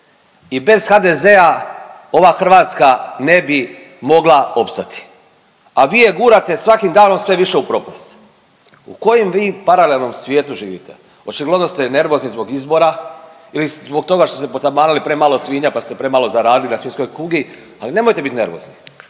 i bez HDZ-a ova Hrvatska ne bi mogla opstati, a vi je gurate svakim danom sve više u propast. U kojem vi paralelnom svijetu živite? Očigledno ste nervozni zbog izbora ili zbog toga što ste potamanili premalo svinja pa ste premalo zaradili na svinjskoj kugi. Ali nemojte bit nervozni,